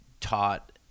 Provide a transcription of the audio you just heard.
taught